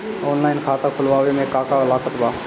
Online खाता खुलवावे मे का का लागत बा?